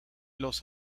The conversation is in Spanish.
los